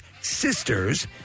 Sisters